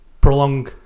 prolong